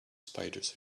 spiders